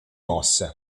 mosse